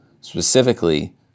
specifically